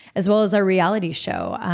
as well as our reality show.